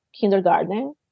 kindergarten